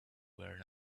were